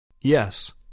Yes